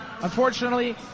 Unfortunately